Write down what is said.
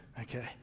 Okay